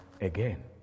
again